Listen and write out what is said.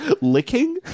licking